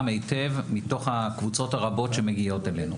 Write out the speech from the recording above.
מתוך הקבוצות הרבות שמגיעות אלינו.